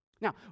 Now